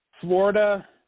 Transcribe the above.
Florida –